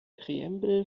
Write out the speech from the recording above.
präambel